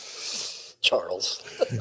Charles